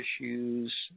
issues